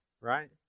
right